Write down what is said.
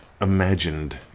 imagined